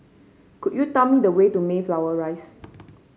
could you tell me the way to Mayflower Rise